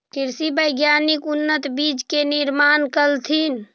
कृषि वैज्ञानिक उन्नत बीज के निर्माण कलथिन